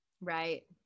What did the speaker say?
Right